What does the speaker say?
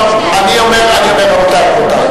רבותי,